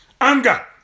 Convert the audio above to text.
anger